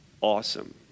Awesome